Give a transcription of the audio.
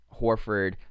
Horford